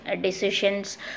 decisions